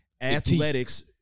athletics